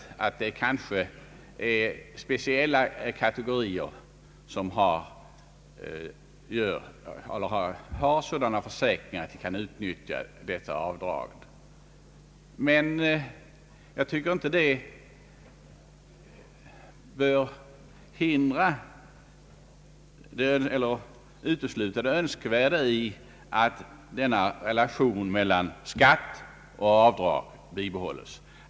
Jag medger att det är speciella kategorier, som tar försäkringar av sådant slag och därigenom utnyttjar avdragsrätten. Jag tycker dock inte att det förhållandet bör utesluta det önskvärda i att relationen mellan skatt och avdrag bibehålles.